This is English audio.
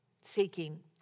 seeking